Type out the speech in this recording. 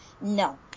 No